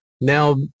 Now